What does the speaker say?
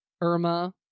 Irma